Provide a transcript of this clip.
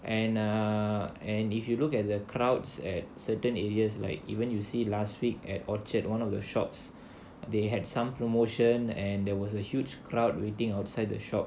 and err and if you look at the crowds at certain areas like even you see last week at orchard one of the shops they had some promotion and there was a huge crowd waiting outside the shop